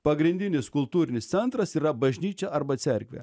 pagrindinis kultūrinis centras yra bažnyčia arba cerkvė